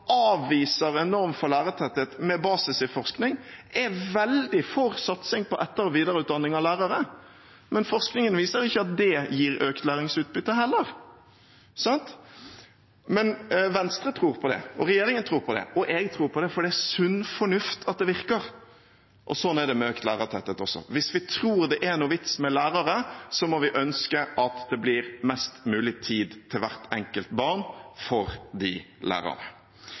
avviser en norm for lærertetthet med basis i forskning, er veldig for satsing på etter- og videreutdanning av lærere, men forskningen viser jo heller ikke at det gir økt læringsutbytte. Men Venstre tror på det, og regjeringen tror på det, og jeg tror på det, for det er sunn fornuft at det virker. Slik er det også med økt lærertetthet: Hvis vi tror det er noen vits med lærere, må vi ønske at det blir mest mulig tid til hvert enkelt barn for de lærerne.